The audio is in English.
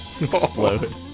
Explode